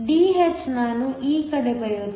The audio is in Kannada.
Dh ನಾನು ಈ ಕಡೆ ಬರೆಯುತ್ತೇನೆ